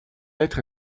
lettre